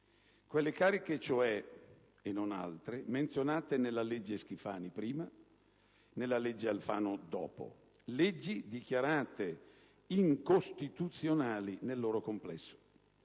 quelle cariche cioè (e non altre) menzionate nella legge Schifani prima e nella legge Alfano dopo, leggi dichiarate incostituzionali nel loro complesso.